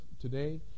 today